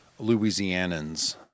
Louisianans